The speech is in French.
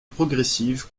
progressive